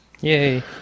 Yay